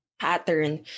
pattern